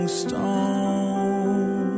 stone